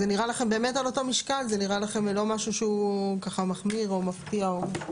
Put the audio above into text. זה נראה לכם על אותו משקל ולא משהו שמחמיר או מפתיע?